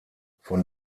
von